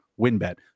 WinBet